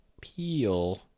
Peel